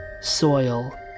soil